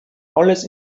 alles